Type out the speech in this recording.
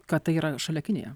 kad tai yra šalia kinija